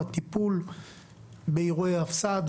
הטיפול באירועי הפס"ד,